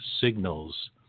signals